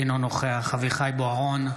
אינו נוכח אביחי אברהם בוארון,